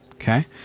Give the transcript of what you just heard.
Okay